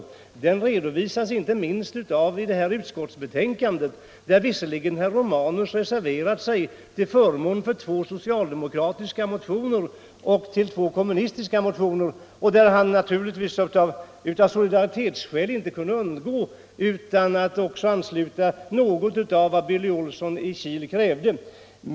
Att den är riktig framgår inte minst av utskottsbetänkandet. Herr Romanus har visserligen reserverat sig till förmån för två socialdemokratiska och två kommunistiska motioner, och av solidaritetsskäl kunde han naturligtvis inte heller underlåta att ansluta till något av det som herr Billy Olsson i Kil krävt.